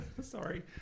Sorry